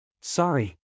Sorry